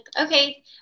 okay